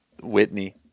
Whitney